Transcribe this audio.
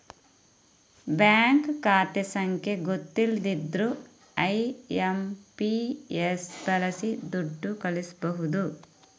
bank ಖಾತೆ ಸಂಖ್ಯೆ ಗೊತ್ತಿಲ್ದಿದ್ರೂ ಐ.ಎಂ.ಪಿ.ಎಸ್ ಬಳಸಿ ದುಡ್ಡು ಕಳಿಸ್ಬಹುದು